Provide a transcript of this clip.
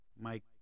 Mike